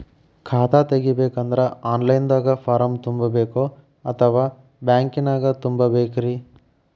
ಖಾತಾ ತೆಗಿಬೇಕಂದ್ರ online ದಾಗ ಫಾರಂ ತುಂಬೇಕೊ ಅಥವಾ ಬ್ಯಾಂಕನ್ಯಾಗ ತುಂಬ ಬೇಕ್ರಿ?